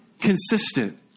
consistent